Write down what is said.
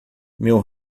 meu